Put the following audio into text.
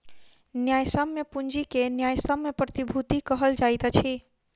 न्यायसम्य पूंजी के न्यायसम्य प्रतिभूति कहल जाइत अछि